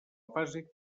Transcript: fase